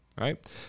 right